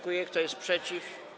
Kto jest przeciw?